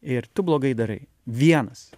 ir tu blogai darai vienas